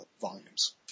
volumes